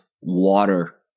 water